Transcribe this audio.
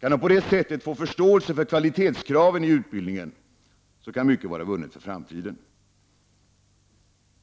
Kan man på det sättet få en förståelse för kvalitetskraven i utbildningen kan mycket vara vunnet för framtiden.